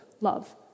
love